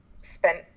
spent